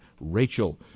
Rachel